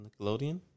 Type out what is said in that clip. Nickelodeon